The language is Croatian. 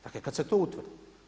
Dakle, kad se to utvrdi.